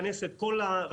בהסכמה עם המגדלים,